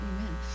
Amen